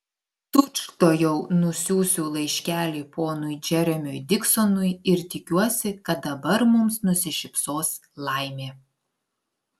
tučtuojau nusiųsiu laiškelį ponui džeremiui diksonui ir tikiuosi kad dabar mums nusišypsos laimė